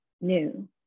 new